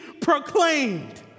proclaimed